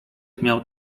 miał